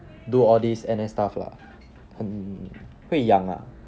do all this N_S stuff lah 很会痒 lah